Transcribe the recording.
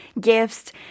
gifts